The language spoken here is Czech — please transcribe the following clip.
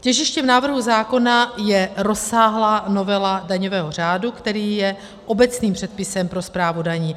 Těžištěm návrhu zákona je rozsáhlá novela daňového řádu, který je obecným předpisem pro správu daní.